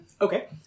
Okay